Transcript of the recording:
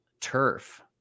turf